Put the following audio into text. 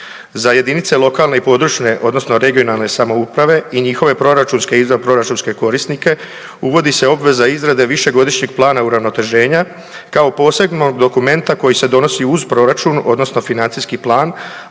Za jedinice lokalne i područne (regionalne) samouprave i njihove proračunske i izvanproračunske korisnike, uvodi se obveza izrade Višegodišnjeg plana uravnoteženja kao posebnog dokumenta koji se donosi uz proračun, odnosno financijski plan,